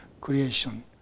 creation